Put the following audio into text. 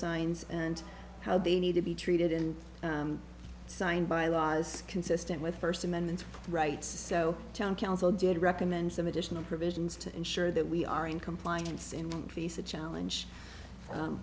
signs and how they need to be treated and signed by laws consistent with first amendment rights so john council did recommend some additional provisions to ensure that we are in compliance and fisa challenge